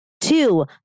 two